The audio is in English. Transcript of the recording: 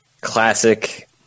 classic